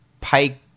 Pike